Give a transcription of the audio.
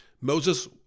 Moses